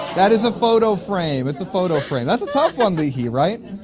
that is a photo frame. it's a photo frame that's a tough one leehee. right.